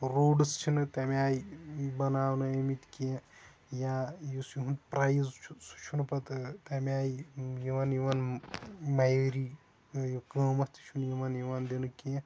روڑٕس چھِ نہٕ تَمہِ بَنابنہٕ ییٚنہٕ کیٚنہہ یا یُس یِہُند پرایس چھُ سُہ چھُنہٕ پَتہٕ تَمہِ آیہِ یِوان یِوان مَعیٲری قۭمَتھ چھُنہٕ یِمن یِوان دِنہٕ کیٚنہہ